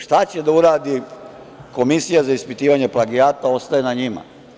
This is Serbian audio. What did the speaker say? Šta će da uradi Komisija za ispitivanje plagijata, to ostaje na njima.